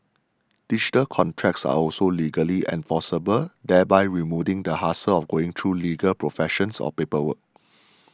digital contracts are also legally enforceable thereby removing the hassle of going through legal professionals or paperwork